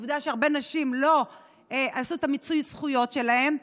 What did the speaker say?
עובדה שהרבה נשים לא עשו את מיצוי הזכויות שלהן,